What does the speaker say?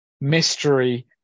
mystery